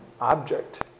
object